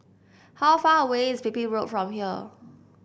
how far away is Pipit Road from here